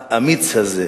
לאמיץ הזה,